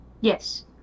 Yes